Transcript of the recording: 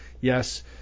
Yes